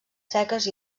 seques